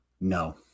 no